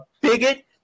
bigot